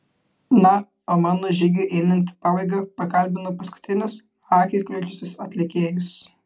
na o mano žygiui einant į pabaigą pakalbinu paskutinius akį kliudžiusius atlikėjus